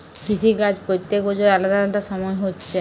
কৃষি কাজ প্রত্যেক বছর আলাদা আলাদা সময় হচ্ছে